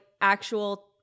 actual